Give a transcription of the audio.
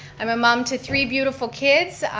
i'm a mom to three beautiful kids,